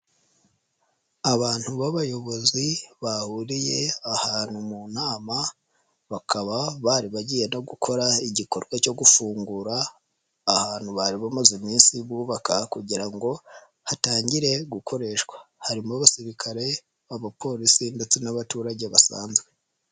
Abantu b'abayobozi bahuriye ahantu mu nama bakaba bari bagiye no gukora igikorwa cyo gufungura ahantu bari bamaze iminsi bubaka kugira ngo hatangire gukoreshwa harimo abasirikare, abopolisi ndetse n'abaturage basanzwe.